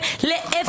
רוטמן.